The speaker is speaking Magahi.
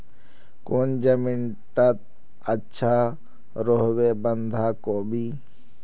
कौन जमीन टत अच्छा रोहबे बंधाकोबी?